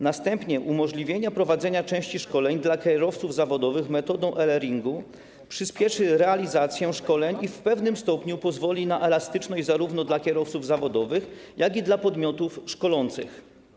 Następnie umożliwienie prowadzenia części szkoleń dla kierowców zawodowych metodą e-learningu przyspieszy realizację szkoleń i w pewnym stopniu pozwoli na elastyczność zarówno dla kierowców zawodowych, jak i dla podmiotów szkolących.